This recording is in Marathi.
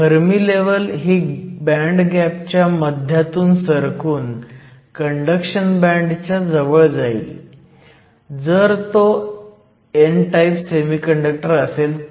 फर्मी लेव्हल ही बँड गॅपच्या मध्यातून सरकून कंडक्शन बँड च्या जवळ जाईल जर तो n टाईप सेमीकंडक्टर असेल तर